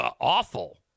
awful